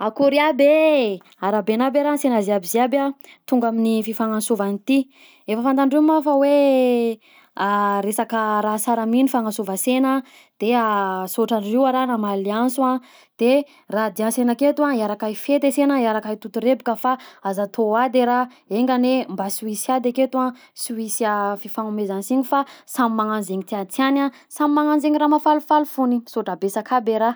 Akory aby e! _x000D_ Arabaina aby e raha ansena ziaby ziaby tonga amin'ny fifagnansovana ty efa fantandreo moa fa hoe resaka raha sara mi nifanansovansena, de saotra reo a raha namaly anso de raha diansena aketo hiaraka hifety ansena hiaraka hototorebika fa aza atao ady e raha, enga anie mba sy hoisy ady aketo sy hoisy fifanomezansiny fa samy magnagno zegny tiàtiàgny samy zegny raha mahafalifaly fogny, misaotra besaka aby e raha.